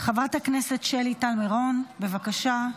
חברת הכנסת שלי טל מירון, בבקשה.